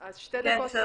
זה יהיה שתי דקות.